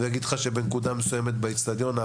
האבוקות מחכות באצטדיון.